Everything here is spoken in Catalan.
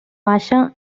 baixa